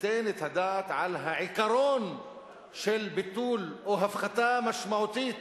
תיתן את הדעת על העיקרון של ביטול או הפחתה משמעותית